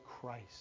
Christ